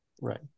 Right